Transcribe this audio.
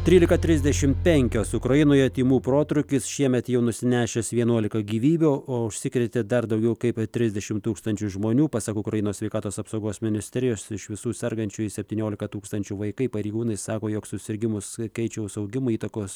trylika trisdešim penkios ukrainoje tymų protrūkis šiemet jau nusinešęs vienuolika gyvybių o užsikrėtė dar daugiau kaip trisdešim tūkstančių žmonių pasak ukrainos sveikatos apsaugos ministerijos iš visų sergančiųjų septyniolika tūkstančių vaikai pareigūnai sako jog susirgimų skaičiaus augimui įtakos